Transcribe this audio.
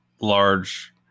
large